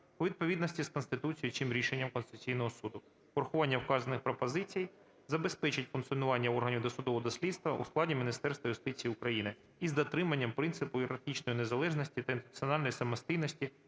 у відповідність з Конституцією і цим Рішенням Конституційного Суду. Урахування вказаних пропозицій забезпечить функціонування органів досудового розслідування у складі Міністерства юстиції України із дотриманням принципу ієрархічної незалежності та інституціональної самостійності